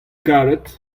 karet